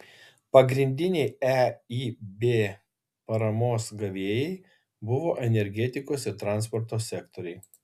pagrindiniai eib paramos gavėjai buvo energetikos ir transporto sektoriai